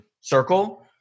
circle